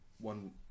one